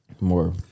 more